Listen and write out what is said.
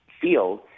field